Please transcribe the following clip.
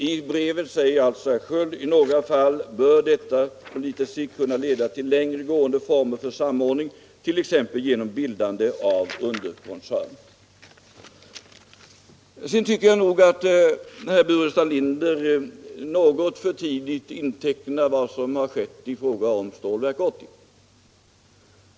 I sitt brev säger herr Sköld härom: ”I några fall bör detta på litet sikt kunna leda till längre gående former för samordning, t.ex. genom bildande av underkoncerner.” Vidare tycker jag att herr Burenstam Linder något för tidigt intecknade vad som skett inom Stålverk 80.